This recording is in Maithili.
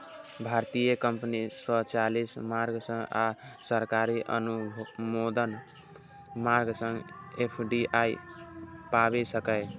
भारतीय कंपनी स्वचालित मार्ग सं आ सरकारी अनुमोदन मार्ग सं एफ.डी.आई पाबि सकैए